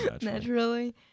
Naturally